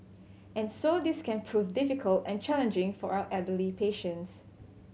and so this can prove difficult and challenging for our elderly patients